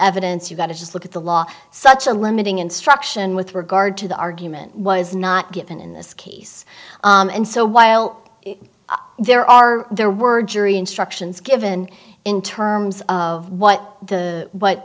evidence you got to just look at the law such a limiting instruction with regard to the argument was not given in this case and so while there are there were jury instructions given in terms of what the what